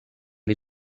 les